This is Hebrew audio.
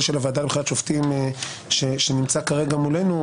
של הוועדה לבחירת שופטים שנמצא כרגע מולנו,